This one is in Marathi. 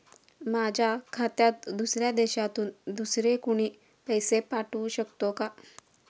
माझ्या खात्यात दुसऱ्या देशातून दुसरे कोणी पैसे पाठवू शकतो का?